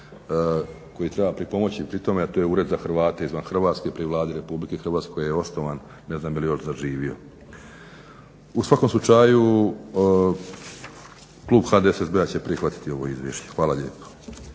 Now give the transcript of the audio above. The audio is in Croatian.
koji treba pripomoći pri tome, a to je Ured za Hrvate izvan Hrvatske pri Vladi Republike Hrvatske koji je osnovan. Ne znam je li još zaživio. U svakom slučaju klub HDSSB-a će prihvatiti ovo izvješće. Hvala lijepo.